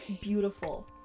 beautiful